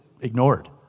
ignored